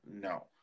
No